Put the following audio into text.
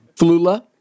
Flula